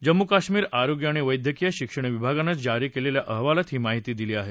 जम्मू काश्मीर आरोग्य आणि वैद्यकीय शिक्षण विभागानं जारी केलेल्या अहवालात ही माहिती दिली आहे